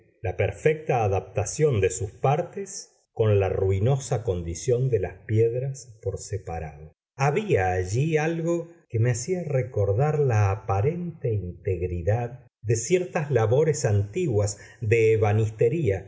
la perfecta adaptación de sus partes con la ruinosa condición de las piedras por separado había allí algo que me hacía recordar la aparente integridad de ciertas labores antiguas de ebanistería